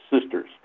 sisters